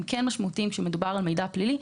הם כן משמעותיים כמדובר על מידע פלילי.